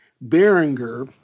Beringer